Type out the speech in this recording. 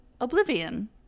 Oblivion